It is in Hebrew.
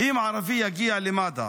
אם ערבי יגיע למד"א,